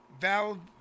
Val